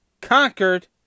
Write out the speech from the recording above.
conquered